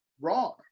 wrong